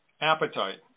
appetite